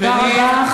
תודה.